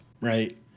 right